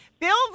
Bill